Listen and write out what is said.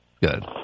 good